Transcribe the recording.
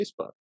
facebook